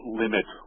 limit